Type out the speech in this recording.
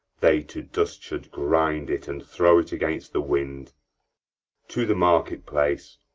they to dust should grind it, and throw't against the wind to the market-place